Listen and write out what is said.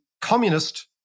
communist